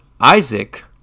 Isaac